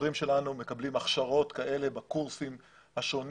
השוטרים שלנו מקבלים הכשרות כאלה בקורסים השונים